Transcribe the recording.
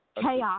chaos